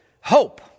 Hope